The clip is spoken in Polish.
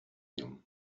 nią